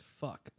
fuck